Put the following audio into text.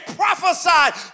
prophesied